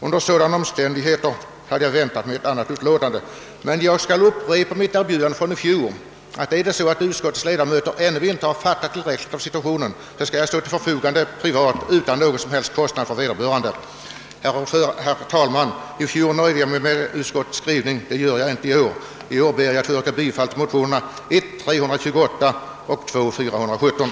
Under sådana omständigheter hade jag väntat mig ett annat utlåtande, men jag får väl upprepa mitt erbjudande från i fjol. Om utskottets ledamöter ännu inte fattat tillräckligt av situationen, skall jag stå till förfogande privat med upp lysningar, utan någon som helst kostnad för vederbörande.